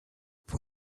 for